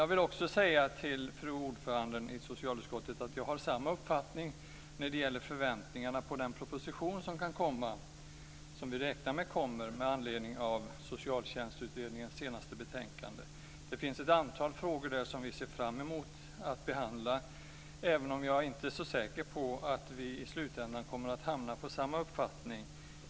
Jag vill också säga till fru ordföranden i socialutskottet att jag har samma uppfattning när det gäller förväntningarna på den proposition som vi räknar med kommer med anledning av Socialtjänstutredningens senaste betänkande. Det finns ett antal frågor där som vi ser fram mot att behandla, även om jag inte är så säker på att vi i slutändan kommer att hamna på samma uppfattning.